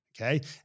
okay